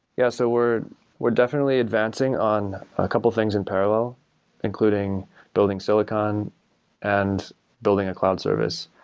yeah so we're we're definitely advancing on a couple of things in parallel including building silicon and building a cloud service,